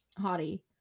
Hottie